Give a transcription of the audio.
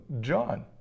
John